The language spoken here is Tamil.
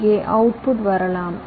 இங்கே அவுட்புட் வரலாம்